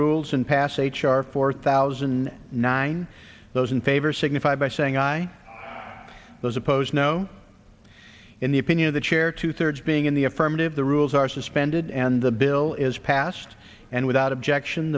rules and pass h r four thousand nine those in favor signify by saying i was opposed no in the opinion of the chair two thirds being in the affirmative the rules are suspended and the bill is passed and without objection